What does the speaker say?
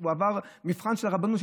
הוא עבר מבחן של הרבנות,